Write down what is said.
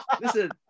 Listen